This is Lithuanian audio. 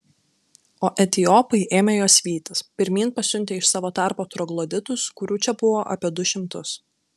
o etiopai ėmė juos vytis pirmyn pasiuntę iš savo tarpo trogloditus kurių čia buvo apie du šimtus